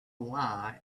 lie